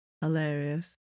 hilarious